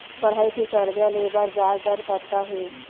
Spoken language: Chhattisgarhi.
पढ़ई के कर्जा ले बर ब्याज दर कतका हे?